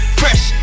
fresh